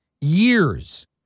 years